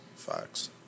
Fox